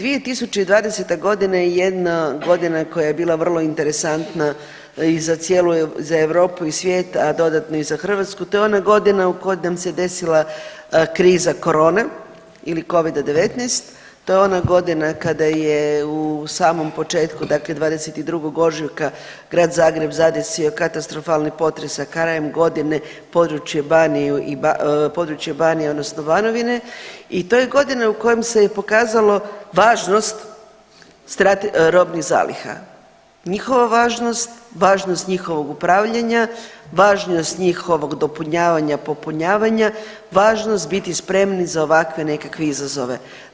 2020.g. je jedna godina koja je bila vrlo interesantna i za cijelu, za Europu i svijet, a dodatno i za Hrvatsku, te ona godina u kojoj nam se desila kriza korona ili covida-19, to je ona godina kada je u samom početku dakle 22. ožujka Grad Zagreb zadesio katastrofalni potres, a krajem godine područje Baniju i, područje Banije odnosno Banovine i to je godina u kojoj se je pokazalo važnost robnih zaliha, njihova važnost, važnost njihovog upravljanja, važnost njihovog dopunjavanja, popunjavanja, važnost biti spremni za ovakve nekakve izazove.